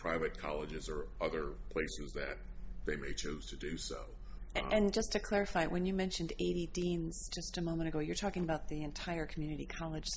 private colleges or other places that they may choose to do so and just to clarify when you mentioned eighteen just a moment ago you're talking about the entire community college